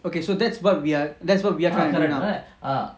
okay so that's what we are that's what we are trying to do now